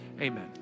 amen